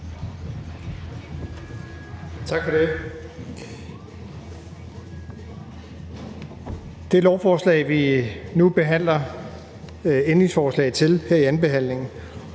Tak for det. Det lovforslag, vi nu behandler ændringsforslag til her i andenbehandlingen,